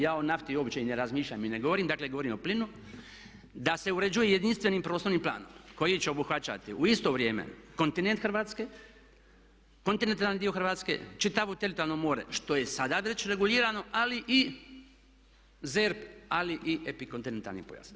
Ja o nafti uopće i ne razmišljam i ne govorim, dakle govorim o plinu, da se uređuje jedinstvenim prostornim planom koji će obuhvaćati u isto vrijeme kontinent Hrvatske, kontinentalni dio Hrvatske, čitavo teritorijalno more, što je sada već regulirano ali i ZERP, ali i epikontinentalni pojas.